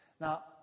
Now